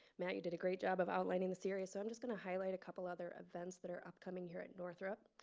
matt, you did a great job of outlining the series, so i'm just going to highlight a couple other events that are upcoming year at northrop.